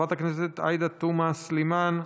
חברת הכנסת עאידה תומא סלימאן,